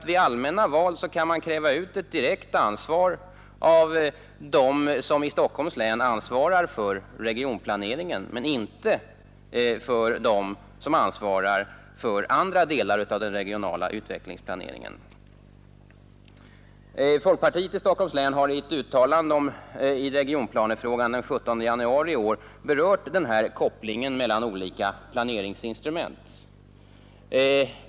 Vid allmänna val kan man utkräva ett direkt ansvar av dem som i Stockholms län ansvarar för regionplaneringen men inte av dem som ansvarar för andra delar av regional utvecklingsplanering. Folkpartiet i Stockholms län har i ett uttalande i regionplanefrågan den 17 januari i år berört den här kopplingen mellan olika planeringsinstrument.